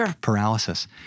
paralysis